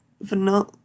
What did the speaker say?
vanilla